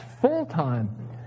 full-time